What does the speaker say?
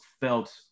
felt